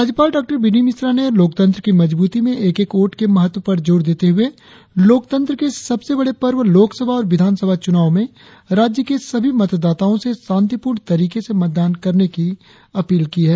राज्यपाल डॉ B D Mishra ने लोकतंत्र की मजबूती में एक एक वोट के महत्व पर जोर देते हुए लोकतंत्र के सबसे बड़े पर्व लोकसभा और विधानसभा चुनाव में राज्य के सभी मतदाताओं से शांतिपूर्ण तरीके से मतदान करने की अपील की है